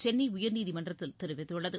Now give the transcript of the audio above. சென்னை உயர்நீதிமன்றத்தில் தெரிவித்துள்ளது